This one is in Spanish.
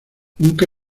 nunca